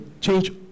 change